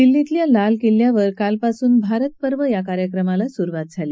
दिल्लीतल्या लाल किल्यावर काल पासून भारत पर्व या कार्यक्रमाला सुरुवात झाली